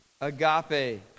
Agape